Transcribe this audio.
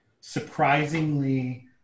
surprisingly